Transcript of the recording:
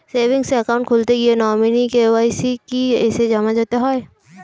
Savings account খুলতে গিয়ে nominee KYC কি এসে জমা দিতে হবে?